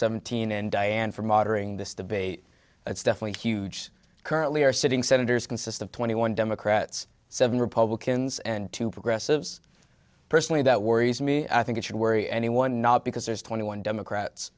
seventeen and diane for moderating this debate it's definitely huge currently our sitting senators consist of twenty one democrats seven republicans and two progressives personally that worries me i think it should worry anyone not because there's twenty one democrats